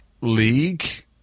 League